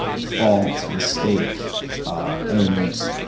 fault, mistake ah and